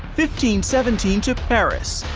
fifteen seventeen to paris.